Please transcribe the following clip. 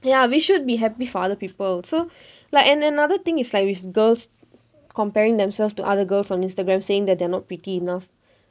ya we should be happy for other people so like and another thing is like with girls comparing themselves to other girls on instagram saying that they are not pretty enough